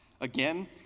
again